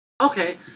Okay